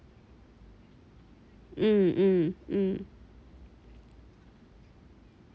mm mm mm